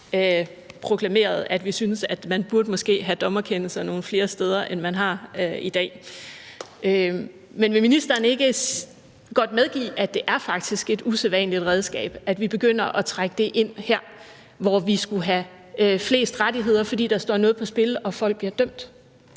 proklameret, at vi synes, man måske burde have dommerkendelser nogle flere steder, end man har i dag. Men vil ministeren ikke godt medgive, at det faktisk er et usædvanligt redskab, at vi begynder at trække det ind her, hvor vi skulle have flest rettigheder, fordi der står noget på spil og folk bliver dømt?